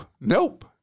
Nope